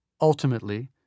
Ultimately